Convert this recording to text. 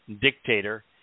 dictator